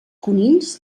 conills